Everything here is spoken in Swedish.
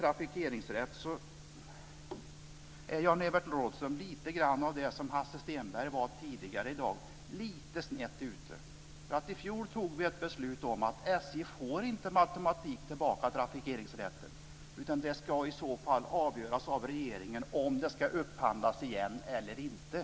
Rådhström är lite snett ute, liksom Hasse Stenberg var tidigare i dag. I fjol fattade vi ett beslut om att SJ inte med automatik får tillbaka trafikeringsrätten. Det ska i så fall avgöras av regeringen om trafiken ska upphandlas igen.